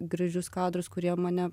gražius kadrus kurie mane